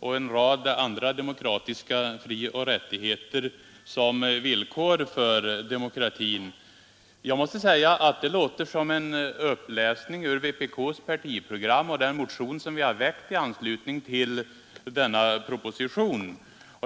och en rad andra demokratiska frioch rättigheter som villkor för demokratin. Det låter som en uppläsning ur vänsterpartiet kommunisternas partiprogram och den motion som vi har väckt i anslutning till föreliggande proposition.